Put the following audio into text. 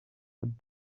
but